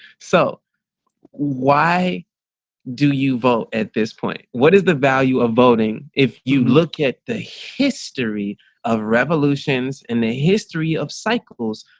so why do you vote at this point? what is the value of voting? if you look at the history of revolutions in the history of cycles,